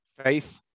Faith